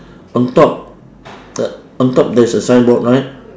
on top the on top there's a signboard right